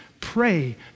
pray